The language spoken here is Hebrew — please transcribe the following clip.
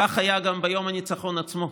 כך היה גם ביום הניצחון עצמו.